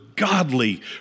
Godly